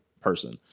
person